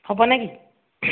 হ'ব নেকি